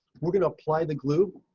we're going to apply the glue